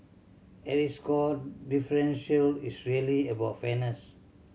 at its core differential is really about fairness